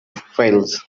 files